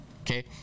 okay